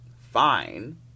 Fine